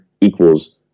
equals